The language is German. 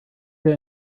der